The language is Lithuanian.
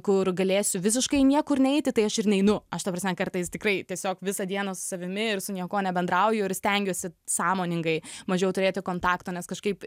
kur galėsiu visiškai niekur neiti tai aš ir neinu aš ta prasme kartais tikrai tiesiog visą dieną su savimi ir su niekuo nebendrauju ir stengiuosi sąmoningai mažiau turėti kontakto nes kažkaip